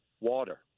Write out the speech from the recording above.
water